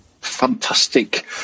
fantastic